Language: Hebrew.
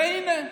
והינה,